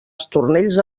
estornells